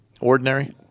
Ordinary